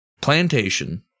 Plantation